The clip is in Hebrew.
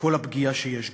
וכל הפגיעה שיש בזה.